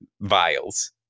vials